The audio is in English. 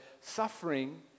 suffering